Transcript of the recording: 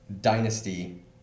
Dynasty